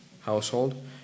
household